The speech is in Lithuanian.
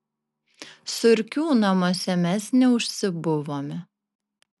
surkių namuose mes neužsibuvome